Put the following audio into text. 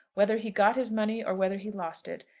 whether he got his money or whether he lost it,